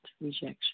rejection